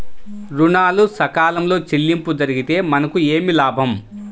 ఋణాలు సకాలంలో చెల్లింపు జరిగితే మనకు ఏమి లాభం?